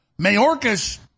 Mayorkas